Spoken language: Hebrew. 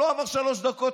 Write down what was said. לא עברו שלוש דקות,